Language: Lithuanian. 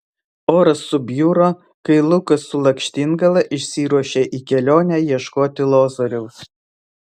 oras subjuro kai lukas su lakštingala išsiruošė į kelionę ieškoti lozoriaus